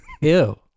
Ew